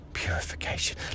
Purification